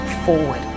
forward